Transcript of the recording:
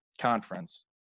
conference